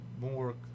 more